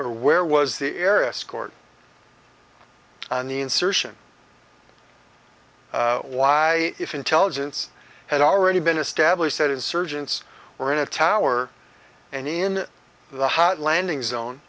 or where was the area scored and the insertion why if intelligence had already been established that insurgents were in a tower and in the hot landing zone